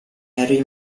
harry